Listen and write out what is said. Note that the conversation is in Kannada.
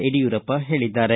ಯಡಿಯೂರಪ್ಪ ಹೇಳಿದ್ದಾರೆ